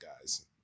guys